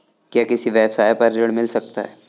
क्या किसी व्यवसाय पर ऋण मिल सकता है?